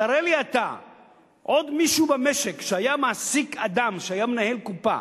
תראה לי אתה עוד מישהו במשק שהיה מעסיק אדם שהיה מנהל קופה